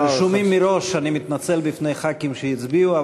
אני מתנצל בפני חברי כנסת שהצביעו,